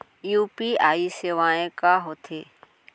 UPI सेवाएं का होथे?